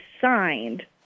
signed